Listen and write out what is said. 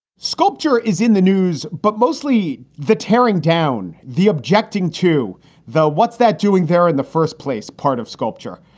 sculpture is in the news, but mostly the tearing down, the objecting to the what's that doing there in the first place, part of sculpture.